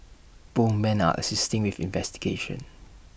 both men are assisting with investigations